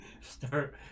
Start